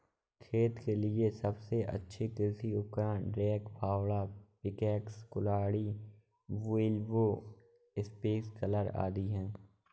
खेत के लिए सबसे अच्छे कृषि उपकरण, रेक, फावड़ा, पिकैक्स, कुल्हाड़ी, व्हीलब्रो, स्प्रिंकलर आदि है